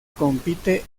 compite